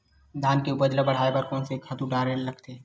धान के उपज ल बढ़ाये बर कोन से खातु डारेल लगथे?